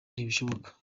ntibishoboka